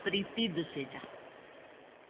Priti Duseja